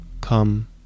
come